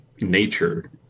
nature